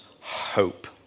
hope